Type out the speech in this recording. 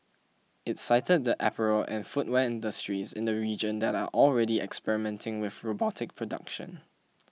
it cited the apparel and footwear industries in the region that are already experimenting with robotic production